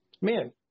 Man